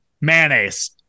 Mayonnaise